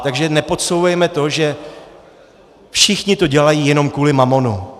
Takže nepodsouvejme to, že všichni to dělají jenom kvůli mamonu.